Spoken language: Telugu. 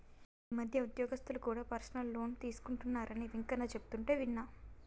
ఈ మధ్య ఉద్యోగస్తులు కూడా పర్సనల్ లోన్ తీసుకుంటున్నరని వెంకన్న చెబుతుంటే విన్నా